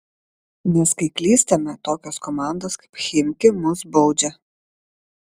nes kai klystame tokios komandos kaip chimki mus baudžia